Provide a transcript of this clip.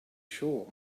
sure